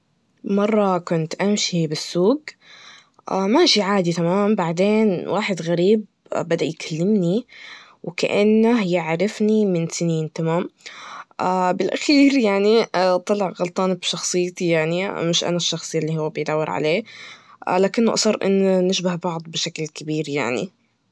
مرة كنت أمشي بالسوق, ماشي عادي, تمام؟ بعدين واحد غريب بدأ يكلمني وكأنه يعررفني من سنين, تمام, بالأخير يعني, طلع غلطان بشخصيتي, يعني مش أنا الشخص اللي هوا بيدور عليه, لكنه أصر إنا بنشبه بعض يشكل كبير يعني.